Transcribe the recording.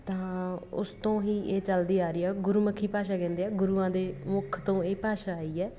ਤਾਂ ਉਸ ਤੋਂ ਹੀ ਇਹ ਚੱਲਦੀ ਆ ਰਹੀ ਆ ਗੁਰਮੁਖੀ ਭਾਸ਼ਾ ਕਹਿੰਦੇ ਆ ਗੁਰੂਆਂ ਦੇ ਮੁਖ ਤੋਂ ਇਹ ਭਾਸ਼ਾ ਆਈ ਹੈ